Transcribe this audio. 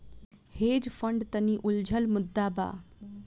hedge fund तनि उलझल मुद्दा बा